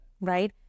right